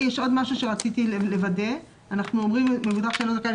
אני מתכבד לפתוח את ישיבת ועדת העבודה,